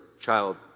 child